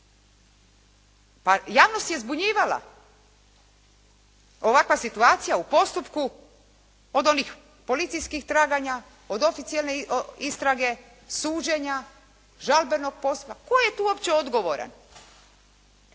Pa javnost je zbunjivala ovakva situacija u postupku od onih policijskih traganja, od oficione istrage, suđenja, žalbenog postupka. Tko je tu uopće odgovoran?